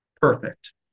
perfect